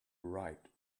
right